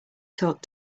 talk